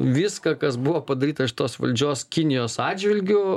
viską kas buvo padaryta šitos valdžios kinijos atžvilgiu